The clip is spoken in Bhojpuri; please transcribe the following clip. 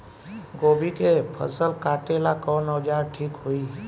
गोभी के फसल काटेला कवन औजार ठीक होई?